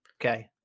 Okay